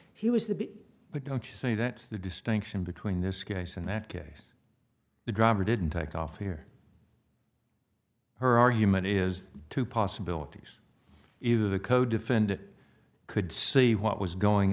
he was the be but don't you say that the distinction between this case and that case the driver didn't take off here her argument is two possibilities either the codefendant could see what was going